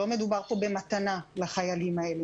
לא מדובר פה במתנה לחיילים האלה.